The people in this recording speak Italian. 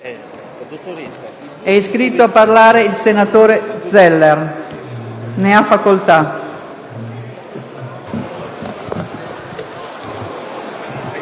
È iscritto a parlare il senatore Martini. Ne ha facoltà.